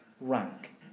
rank